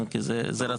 כי זה רצוף פה.